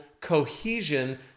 cohesion